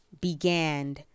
began